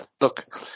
look